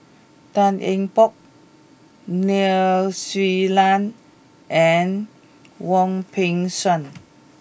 Tan Eng Bock Nai Swee Leng and Wong Peng Soon